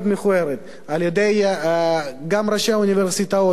מכוערת גם על-ידי ראשי האוניברסיטאות,